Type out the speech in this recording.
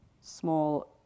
small